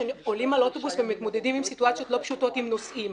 שעולים על אוטובוס ומתמודדים עם סיטואציות לא פשוטות עם נוסעים.